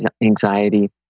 anxiety